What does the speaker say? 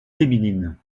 féminines